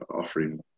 offering